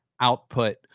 output